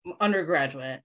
undergraduate